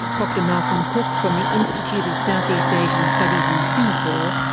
dr malcolm cook from the institute of southeast asian studies in singapore,